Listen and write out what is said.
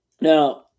Now